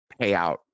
payout